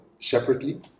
separately